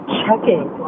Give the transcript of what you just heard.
checking